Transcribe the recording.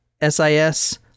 S-I-S